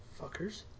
Fuckers